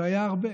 היו הרבה.